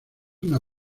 una